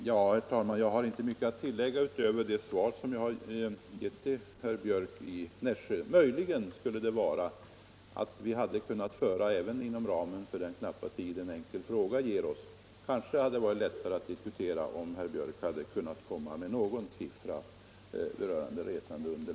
Nr 30 Herr talman! Jag har inte mycket att tillägga utöver det svar som jag har lämnat till herr Björck i Nässjö. Möjligen skulle det vara att vi, inom ramen för den knappa tid som ett frågesvar ger oss, kanske lättare hade kunnat diskutera saken om herr Björck kommit med någon Om indragningen